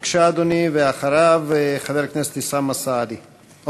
בבקשה, אדוני, ואחריו, חבר הכנסת אוסאמה סעדי.